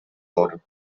water